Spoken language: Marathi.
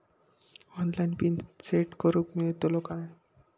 ऑनलाइन पिन सेट करूक मेलतलो काय?